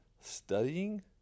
studying